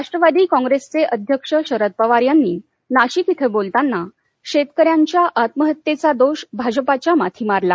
राष्ट्रवादी कॉप्रसचे अध्यक्ष शरद पवार यांनी नाशिक इथं बोलताना शेतकऱ्यांच्या आत्महत्येचा दोष भाजपच्या माथी मारला